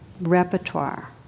repertoire